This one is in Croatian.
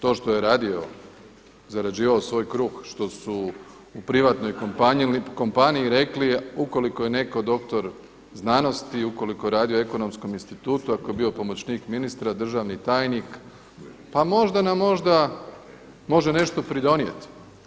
To što je radio, zarađivao svoj kruh, što su u privatnoj kompaniji rekli ukoliko je neko doktor znanosti, ukoliko radi u Ekonomskom institutu ako je bio pomoćnik ministra, državni tajnik pa možda nam možda može nešto pridonijeti.